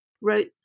wrote